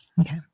Okay